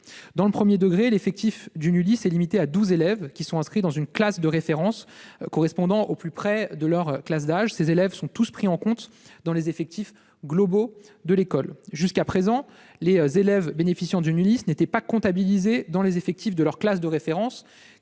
Dans le premier degré, l'effectif d'une ULIS est limité à 12 élèves, qui sont inscrits dans une classe de référence correspondant au plus près de leur classe d'âge. Ces élèves sont tous pris en compte dans les effectifs globaux de l'école. Jusqu'à présent, les élèves bénéficiant d'une ULIS n'étaient pas comptabilisés dans les effectifs de leur classe de référence,